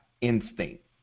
instinct